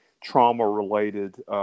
trauma-related